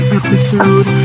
episode